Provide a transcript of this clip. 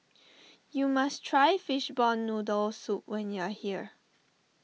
you must try Fishball Noodle Soup when you are here